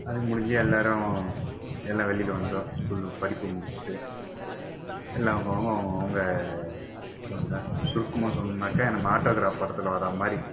அது முடிஞ்சு எல்லாரும் எல்லா வெளியில் வந்தோம் ஸ்கூல் படிப்பை முடித்துட்டு எல்லா அவங்கவுங்க அவங்கவுங்க சுருக்கமாக சொல்லணுனாக்க நம்ம் ஆட்டோகிராஃப் படத்தில் வராமாதிரி